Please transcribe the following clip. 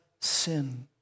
sin